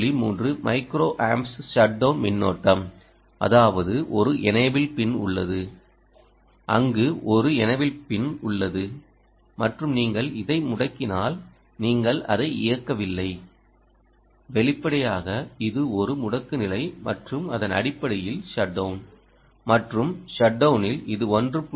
3 micro amps shut down மின்னோட்டம் அதாவது ஒரு எனேபிள் பின் உள்ளது அங்கு ஒரு எனேபிள் பின் உள்ளது மற்றும் நீங்கள் இதை முடக்கினால் நீங்கள் அதை இயக்கவில்லை வெளிப்படையாக இது ஒரு முடக்கு நிலை மற்றும் அதன் அடிப்படையில்ஷட் டவுன் மற்றும் ஷட் டவுனில் இது 1